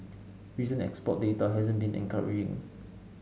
recent export data hasn't been encouraging